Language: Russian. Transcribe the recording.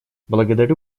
благодарю